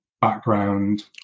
background